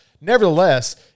Nevertheless